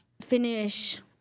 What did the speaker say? finish